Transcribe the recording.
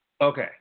Okay